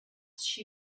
she